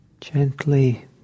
gently